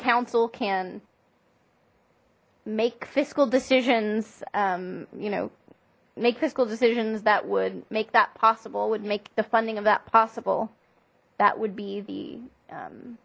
council can make fiscal decisions you know make fiscal decisions that would make that possible would make the funding of that possible that would be the